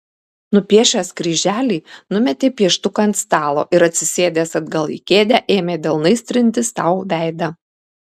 nupiešęs kryželį numetė pieštuką ant stalo ir atsisėdęs atgal į kėdę ėmė delnais trinti sau veidą